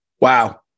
Wow